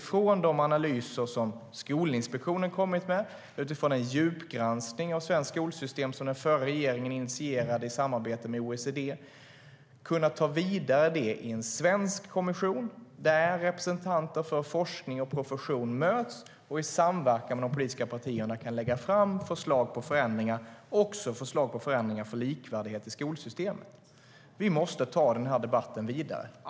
Från de analyser som Skolinspektionen har kommit med utifrån en djupgranskning av svenskt skolsystem, som den förra regeringen initierade i samarbete med OECD, ska vi kunna ta detta vidare i en svensk kommission där representanter för forskning och profession möts. I samverkan med de politiska partierna kan man sedan lägga fram förslag på förändringar - också förslag på förändringar för likvärdighet i skolsystemet. Vi måste ta debatten vidare.